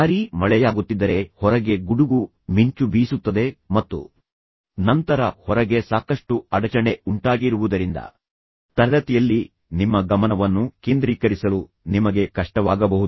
ಭಾರೀ ಮಳೆಯಾಗುತ್ತಿದ್ದರೆ ಹೊರಗೆ ಗುಡುಗು ಮಿಂಚು ಬೀಸುತ್ತದೆ ಮತ್ತು ನಂತರ ಹೊರಗೆ ಸಾಕಷ್ಟು ಅಡಚಣೆ ಉಂಟಾಗಿರುವುದರಿಂದ ತರಗತಿಯಲ್ಲಿ ನಿಮ್ಮ ಗಮನವನ್ನು ಕೇಂದ್ರೀಕರಿಸಲು ನಿಮಗೆ ಕಷ್ಟವಾಗಬಹುದು